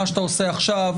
מה שאתה עושה עכשיו,